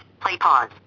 Play-pause